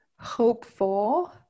Hopeful